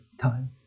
time